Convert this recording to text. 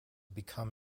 become